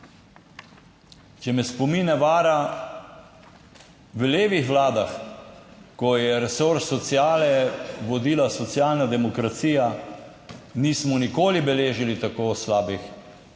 Če me spomin ne vara, v levih vladah, ko je resor sociale vodila Socialna demokracija, nismo nikoli beležili tako slabih